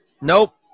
Nope